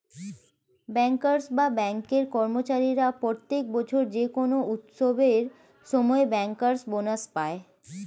bankers বা ব্যাঙ্কের কর্মচারীরা প্রত্যেক বছর যে কোনো উৎসবের সময় ব্যাংকার্স বোনাস পায়